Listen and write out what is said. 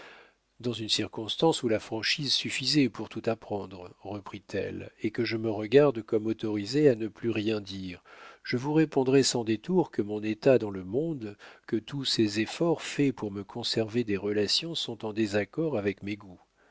dans une circonstance où la franchise suffisait pour tout apprendre reprit-elle et que je me regarde comme autorisée à ne plus rien dire je vous répondrai sans détour que mon état dans le monde que tous ces efforts faits pour me conserver des relations sont en désaccord avec mes goûts